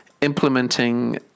implementing